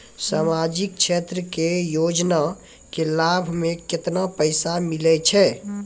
समाजिक क्षेत्र के योजना के लाभ मे केतना पैसा मिलै छै?